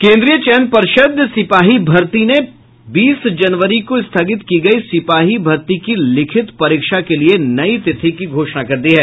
केन्द्रीय चयन पर्षद् सिपाही भर्ती ने बीस जनवरी को स्थगित की गयी सिपाही भर्ती की लिखित परीक्षा के लिए नई तिथि की घोषणा कर दी है